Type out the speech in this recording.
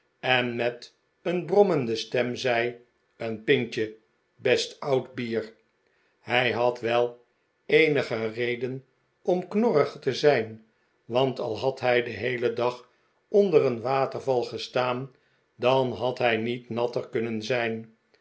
en met een brommende stem zei een pintje best oud bier hij had wel eenige reden om knorrig te zijn want al had hij den heelen dag onder een waterval gestaan dan had hij niet natter kunnen zijn